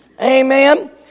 Amen